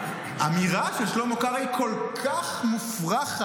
האמירה של שלמה קרעי כל כך מופרכת,